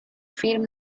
فیلم